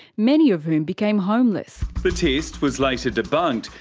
many of whom became homeless. the test was later debunked,